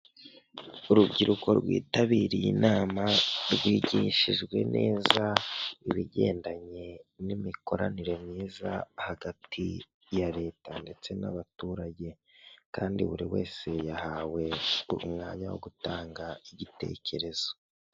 Urubyiruko rwitabiriye inama rwigishijwe neza ibigendanye n'imikoranire myiza hagati ya leta ndetse n'abaturage, kandi buri wese yahawe umwanya wo gutanga igitekerezo.